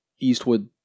Eastwood